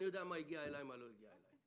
אני יודע מה הגיע אליי ומה לא הגיע אליי,